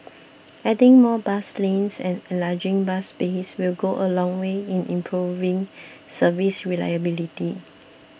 adding more bus lanes and enlarging bus bays will go a long way in improving service reliability